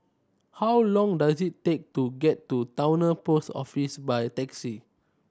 how long does it take to get to Towner Post Office by taxi